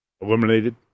eliminated